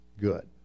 good